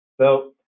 So-